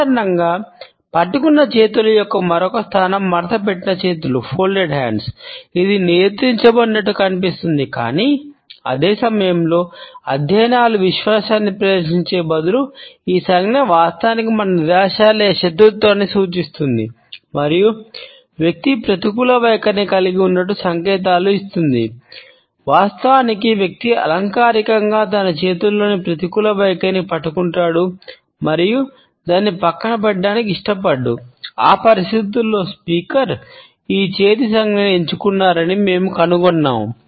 సాధారణంగా పట్టుకున్న చేతుల యొక్క మరొక స్థానం మడతపెట్టిన చేతులు ఈ చేతి సంజ్ఞను ఎంచుకున్నారని మేము కనుగొన్నము